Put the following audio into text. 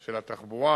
של התחבורה,